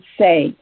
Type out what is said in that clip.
say